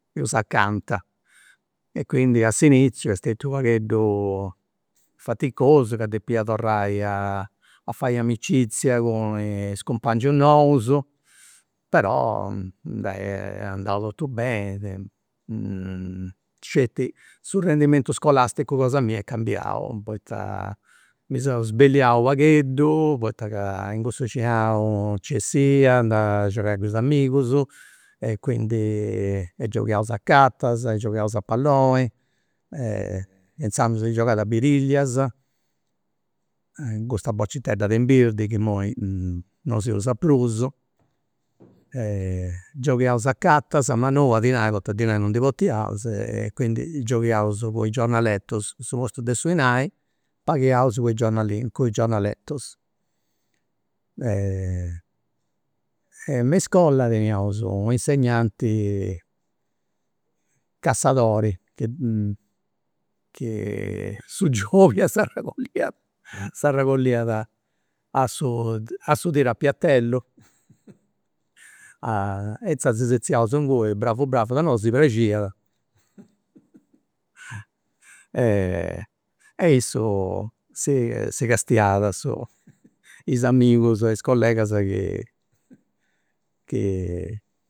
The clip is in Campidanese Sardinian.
Prus acanta, e quindi a s'iniziu est stetiu u' pagheddu faticosu ca depia torrai a fai amicizia cun is cumpangius nous, però dai est andau totu beni, sceti su rendimentu scolasticu cosa mia est cambiau poita mi seu sbelliau u' pagheddu poita in cussu bixinau nci 'essia, andà a giogai cun is amigus, e quindi gioghiaus a cartas e gioghiaus a palloni e e insandus gioghiaus a birillias, custas bociteddas de imbirdi chi imoi non si usa prus, gioghiaus a cartas ma non a dinai poita dinai non ndi portiaus e quindi gioghiaus cun i' giornalettus, a su postu de su dinai paghiaus cu i'giornalinus cun i' giornalettus. me in iscola teniaus u'insegnanti cassadori, su giobias s'arregolliat a su a su tiru a piatellu e izaras si setziaus inguni bravus bravus, a nosu si praxiat, e e issu si si castiat su is amigus e is collegas chi